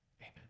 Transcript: amen